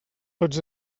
tots